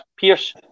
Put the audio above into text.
Pierce